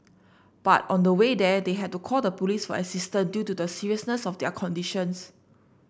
but on the way there they had to call the police for assistance due to the seriousness of their conditions